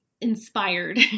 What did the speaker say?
inspired